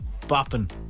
bopping